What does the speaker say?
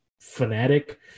fanatic